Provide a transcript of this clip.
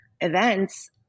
events